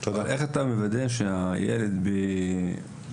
איך אתה מוודא שהילד באבו-קרינאת,